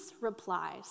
replies